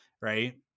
Right